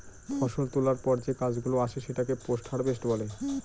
ফষল তোলার পর যে কাজ গুলো আসে সেটাকে পোস্ট হারভেস্ট বলে